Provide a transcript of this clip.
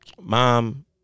Mom